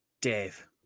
Dave